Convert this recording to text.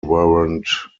warrant